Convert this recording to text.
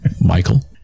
Michael